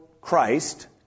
Christ